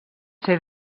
ser